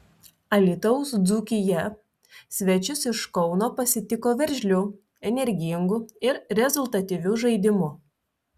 alytaus dzūkija svečius iš kauno pasitiko veržliu energingu ir rezultatyviu žaidimu